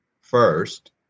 first